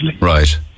right